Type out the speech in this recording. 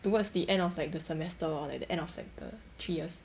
towards the end of like the semester or like the end of like the three years